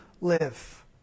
live